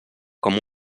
com